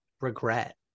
regret